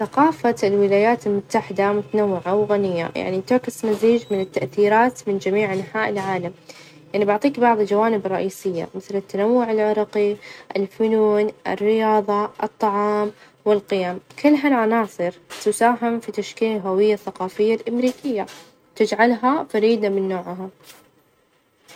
ثقافة الولايات المتحدة متنوعة، وغنية يعني تعكس مزيج من التأثيرات من جميع أنحاء العالم، يعني بعطيك بعض الجوانب الرئيسية مثل: التنوع العرقي، الفنون، الرياظة، الطعام، والقيم، كل هالعناصر تساهم في تشكيل الهوية الثقافية الأمريكية، وتجعلها فريدة من نوعها.